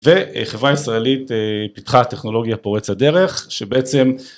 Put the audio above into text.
וחברה ישראלית פיתחה טכנולוגיה פורצת דרך שבעצם